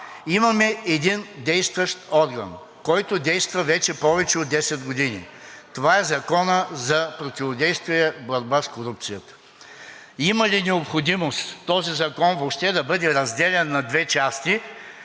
Имаме един действащ орган, който действа вече повече от 10 години. Това е Законът за противодействие и борба с корупцията. Има ли необходимост този закон въобще да бъде разделян на две части,